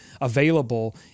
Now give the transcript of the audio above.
available